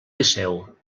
liceu